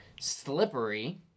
Slippery